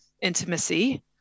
intimacy